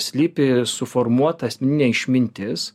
slypi suformuotas ne išmintis